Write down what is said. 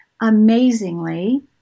amazingly